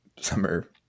summer